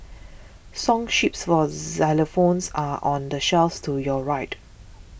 song sheets for xylophones are on the shelf to your right